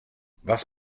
was